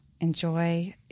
Enjoy